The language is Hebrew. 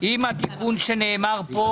עם התיקון שנאמר כאן.